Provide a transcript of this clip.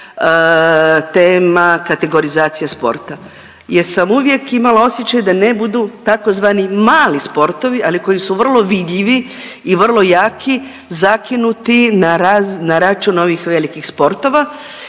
tema kategorizacija sporta jer sam uvijek imala osjećaj da ne budu tzv. sportovi, ali koji su vrlo vidljivi i vrlo jaki zakinuti na račun ovih velikih sportova